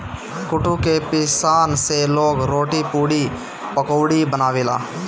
कुटू के पिसान से लोग रोटी, पुड़ी, पकउड़ी बनावेला